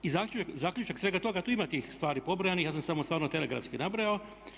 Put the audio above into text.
I zaključak svega toga, tu ima tih stvari pobrojanih ja sam samo stvarno telegrafski nabrojao.